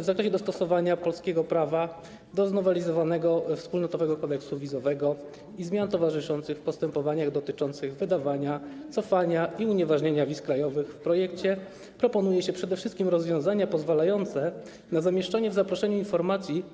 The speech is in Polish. W zakresie dostosowania polskiego prawa do znowelizowanego Wspólnotowego Kodeksu Wizowego i zmian towarzyszących w postępowaniach dotyczących wydawania, cofania i unieważnienia wiz krajowych w projekcie proponuje się przede wszystkim rozwiązania pozwalające na zamieszczanie w zaproszeniu informacji